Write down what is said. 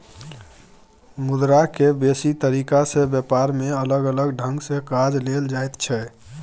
मुद्रा के बेसी तरीका से ब्यापार में अलग अलग ढंग से काज लेल जाइत छै